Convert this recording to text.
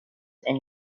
and